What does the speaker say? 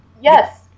yes